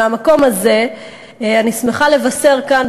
מהמקום הזה אני שמחה לבשר כאן,